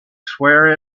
swear